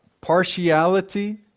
partiality